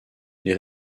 les